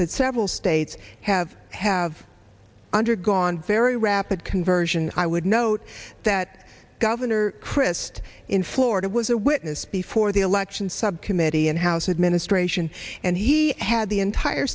that several states have have undergone very rapid conversion i would note that governor crist in florida was a witness before the election subcommittee and house administration and he had the entire